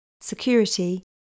security